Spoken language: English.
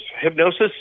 Hypnosis